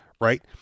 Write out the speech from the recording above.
right